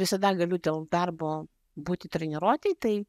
visada galiu dėl darbo būti treniruotėj tai